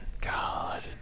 God